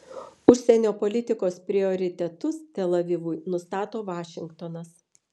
užsienio politikos prioritetus tel avivui nustato vašingtonas